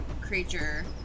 creature